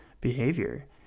behavior